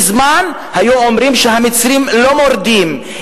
מזמן היו אומרים שהמצרים לא מורדים,